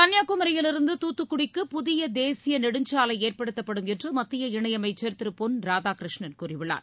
கள்ளியாகுமரியிலிருந்து தூத்தக்குடிக்கு புதிய தேசிய நெடுஞ்சாலை ஏற்படுத்தப்படும் என்று மத்திய இணையமைச்சர் திரு பொன்ராதாகிருஷ்ணன் கூறியுள்ளார்